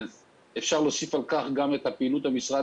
אפשר להוסיף על כך גם את פעילות המשרד